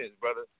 brother